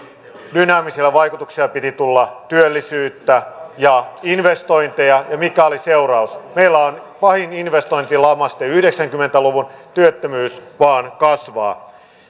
dynaamisia vaikutuksia piti tulla työllisyyttä ja investointeja ja mikä oli seuraus meillä on pahin investointilama sitten yhdeksänkymmentä luvun työttömyys vain kasvaa